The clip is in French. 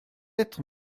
être